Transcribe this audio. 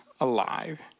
alive